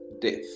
death